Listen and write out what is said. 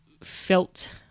felt